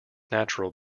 natural